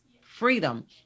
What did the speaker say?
freedom